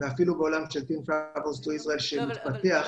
יש משאבים קיימים.